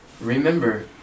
Remember